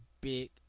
big